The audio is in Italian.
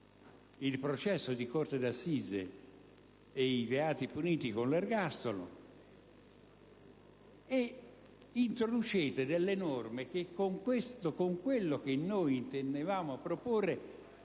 il processo di corte d'assise e i reati puniti con l'ergastolo, ed introducete norme che con quello che noi intendevamo proporre